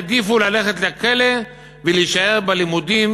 יעדיפו ללכת לכלא ולהישאר בלימודים,